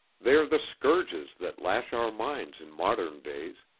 they are the scourges that lash our minds in modern days,